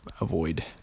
avoid